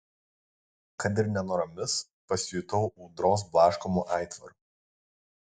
kad ir nenoromis pasijutau audros blaškomu aitvaru